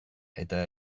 eta